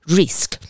risk